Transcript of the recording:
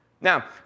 Now